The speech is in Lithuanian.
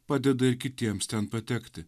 padeda ir kitiems ten patekti